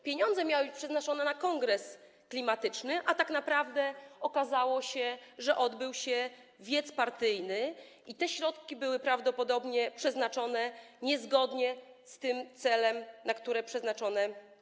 Pieniądze miały być przeznaczone na kongres klimatyczny, a tak naprawdę okazało się, że odbył się wiec partyjny i te środki były prawdopodobnie przeznaczone niezgodnie z celem, na jaki miały być przeznaczone.